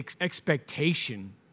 expectation